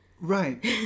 Right